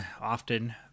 often